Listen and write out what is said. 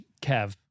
Kev